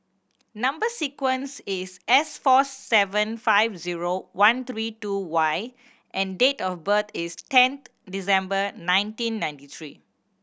number sequence is S four seven five zero one three two Y and date of birth is tenth December nineteen ninety three